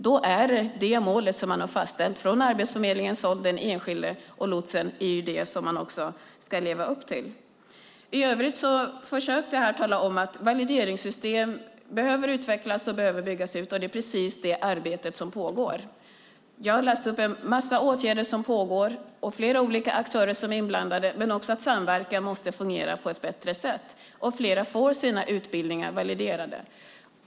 Då är detta det mål man har fastställt från Arbetsförmedlingens, den enskildes och lotsens håll som man ska leva upp till. I övrigt försökte jag tala om att valideringssystemet behöver utvecklas och byggas ut, och det är precis det arbete som pågår. Jag läste upp en massa åtgärder som pågår och flera olika aktörer som är inblandade, men samverkan måste också fungera på ett bättre sätt. Fler får sina utbildningar validerade.